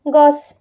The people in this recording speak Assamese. গছ